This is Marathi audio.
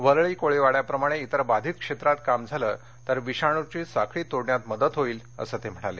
वरळी कोळीवाड्याप्रमाणे तिर बाधित क्षेत्रात काम झालं तर विषाणूची साखळी तोडण्यात मदत होईल असं ते म्हणाले